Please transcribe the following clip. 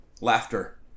Laughter